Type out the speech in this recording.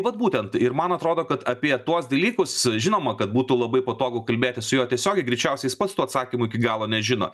vat būtent ir man atrodo kad apie tuos dalykus žinoma kad būtų labai patogu kalbėti su juo tiesiogiai greičiausiai jis pats tų atsakymų iki galo nežino